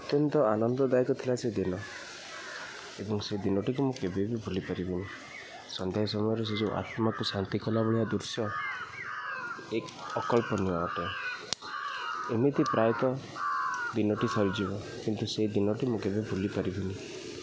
ଅତ୍ୟନ୍ତ ଆନନ୍ଦଦାୟକ ଥିଲା ସେଦିନ ଏବଂ ସେଦିନଟିକୁ ମୁଁ କେବେ ବି ଭୁଲିପାରିବିନି ସନ୍ଧ୍ୟା ସମୟରେ ସେ ଯେଉଁ ଆତ୍ମାକୁ ଶାନ୍ତି କଲା ଭଳିଆ ଦୃଶ୍ୟ ଅକଳ୍ପନୀୟ ଅଟେ ଏମିତି ପ୍ରାୟତଃ ଦିନଟି ସରିଯିବ କିନ୍ତୁ ସେ ଦିନଟି ମୁଁ କେବେ ଭୁଲିପାରିବିନି